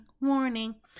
warning